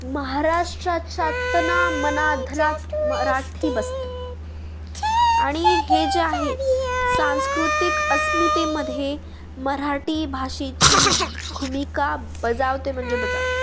महाराष्ट्राच्या तना मना धनात मराठी बसते आणि हे जे आहे सांस्कृतिक अस्मितमध्ये मराठी भाषेची भूमिका बजावते म्हणजे बजावते